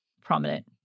prominent